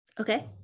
okay